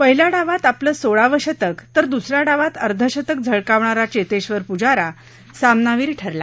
पहिल्या डावात आपलं सोळावं शतक तर दुसन्या डावात अर्धशतक झळकावणारा चेतेशर पुजारा सामनावीर ठरला